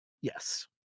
Yes